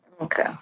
Okay